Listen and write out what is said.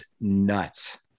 nuts